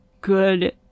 good